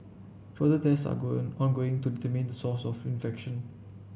further test are going ongoing to determine the source of infection